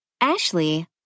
Ashley